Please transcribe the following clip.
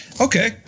Okay